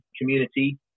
community